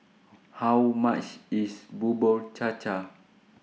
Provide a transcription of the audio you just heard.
How much IS Bubur Cha Cha